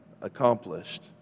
accomplished